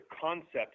concept